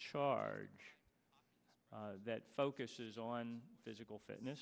charge that focuses on physical fitness